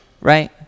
right